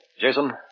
Jason